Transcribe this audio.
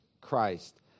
Christ